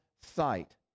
sight